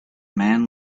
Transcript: man